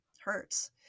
hurts